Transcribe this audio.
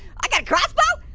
i got a crossbow?